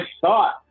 thought